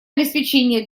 обеспечение